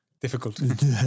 Difficult